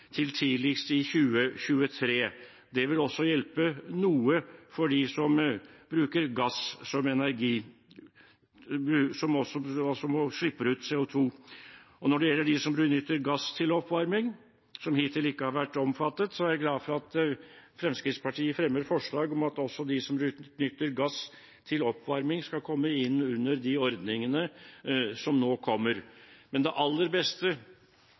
til tidligst i 2023. Det vil også hjelpe noe for dem som bruker gass som energi, som slipper ut CO 2 . Når det gjelder dem som benytter gass til oppvarming, og som hittil ikke har vært omfattet, er jeg glad for at Fremskrittspartiet fremmer forslag om at også de som benytter gass til oppvarming, skal komme inn under de ordningene som nå kommer. Men det aller beste